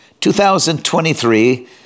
2023